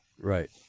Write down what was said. Right